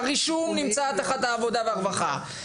הרישום נמצא תחת העבודה והרווחה,